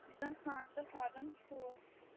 یُس زَن خانٛدرَس لگَان چھُ